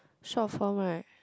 short form right